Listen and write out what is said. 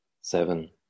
seven